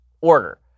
order